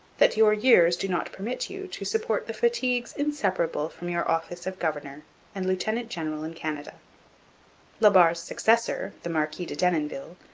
that your years do not permit you to support the fatigues inseparable from your office of governor and lieutenant general in canada la barre's successor, the marquis de denonville,